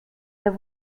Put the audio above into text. der